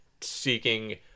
seeking